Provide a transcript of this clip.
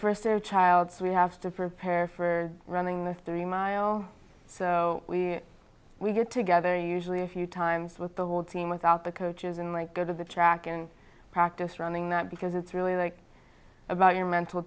first or child's we have to prepare for running this three mile so we we get together usually a few times with the whole team without the coaches in like go to the track and practice running that because it's really like about your mental